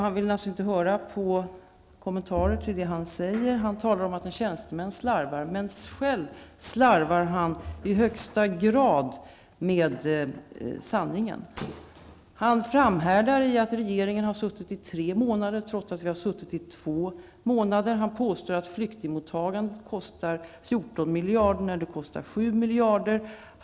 Han vill alltså inte höra kommentarer till det han sade. Han talade om att en tjänsteman har slarvat, men själv slarvar han i allra högsta grad med sanningen. Han framhärdar i att regeringen har suttit i tre månader, trots att den suttit i två månader. Han påstår att flyktingmottagandet kostar 14 miljarder när det kostar 7 miljarder.